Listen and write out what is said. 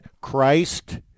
Christ